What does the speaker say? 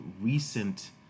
recent